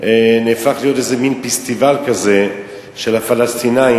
נהפך להיות איזה מין פסטיבל כזה של הפלסטינים,